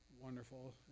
wonderful